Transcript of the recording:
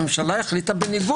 הממשלה החליטה בניגוד.